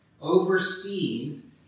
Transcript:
Overseen